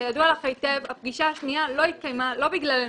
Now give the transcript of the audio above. כידוע לך היטב הפגישה השנייה לא התקיימה ולא בגללנו.